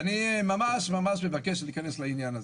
אני מבקש מאוד להיכנס לעניין הזה.